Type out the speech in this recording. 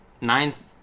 Ninth